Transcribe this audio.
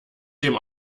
dem